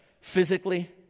physically